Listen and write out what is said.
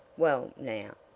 well, now,